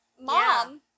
mom